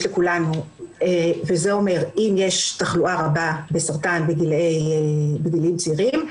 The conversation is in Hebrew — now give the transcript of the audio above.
לכולנו שאומרת שאם יש תחלואה רבה בסרטן בגילאים צעירים,